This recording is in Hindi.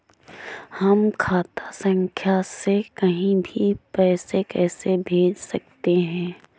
हम खाता संख्या से कहीं भी पैसे कैसे भेज सकते हैं?